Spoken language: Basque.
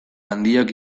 handiak